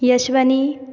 Yashwani